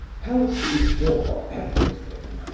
health before everything.